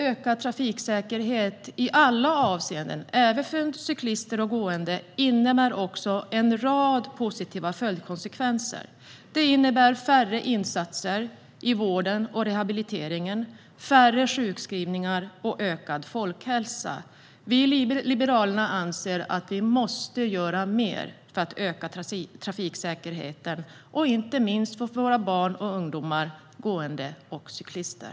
Ökad trafiksäkerhet i alla avseenden, även för cyklister och gående, innebär också en rad positiva följdkonsekvenser, bland annat färre insatser i vården och rehabiliteringen, färre sjukskrivningar och ökad folkhälsa. Vi i Liberalerna anser att det måste göras mer för att öka trafiksäkerheten, inte minst för våra barn, ungdomar, gående och cyklister.